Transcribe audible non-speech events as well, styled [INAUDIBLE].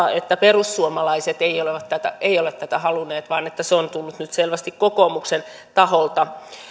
[UNINTELLIGIBLE] ja perussuomalaiset eivät ole tätä halunneet vaan se on tullut nyt selvästi kokoomuksen taholta